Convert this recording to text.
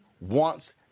wants